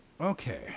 Okay